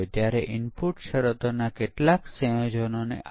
શું આપણે 100 ટકા દૂર કરી શકીએ નહીં